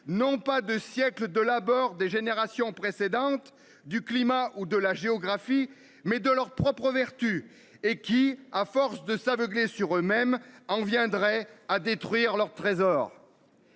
non pas 2 siècles de la bord des générations précédentes du climat ou de la géographie. Mais de leur propre vertu et qui à force de s'aveugler sur eux-mêmes en viendrait à détruire leur trésor.